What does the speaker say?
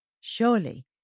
Surely